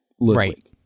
Right